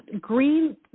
green